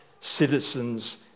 citizens